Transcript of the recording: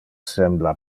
sembla